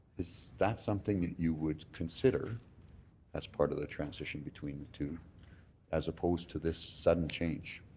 is that something that you would consider as part of the transition between the two as opposed to this sudden change?